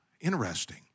interesting